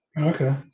Okay